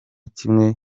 kimwe